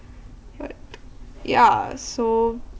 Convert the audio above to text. but ya so